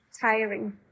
tiring